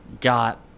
got